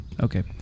Okay